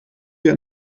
wir